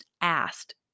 asked